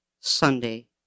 Sunday